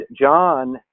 John